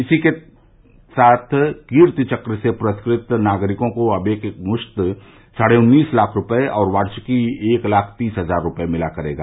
इसी तरह कीर्ति चक्र से पुरस्कृत नागरिकों को अब एकमुश्त साढ़े उन्नीस लाख रूपये और वार्षिकी एक लाख तीस हजार रूपये मिला करेगा